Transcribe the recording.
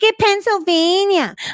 Pennsylvania